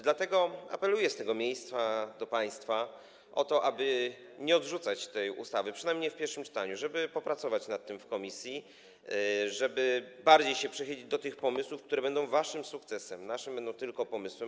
Dlatego też apeluję z tego miejsca do państwa o to, aby nie odrzucać tej ustawy, przynajmniej nie w pierwszym czytaniu, żeby popracować nad tym w komisji, bardziej się przychylić do tych pomysłów, które będą waszym sukcesem, a naszym będą tylko pomysły.